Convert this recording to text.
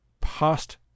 past